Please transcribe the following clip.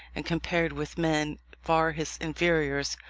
and, compared with men far his inferiors,